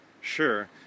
Sure